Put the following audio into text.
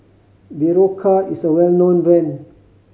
Berocca is a well known brand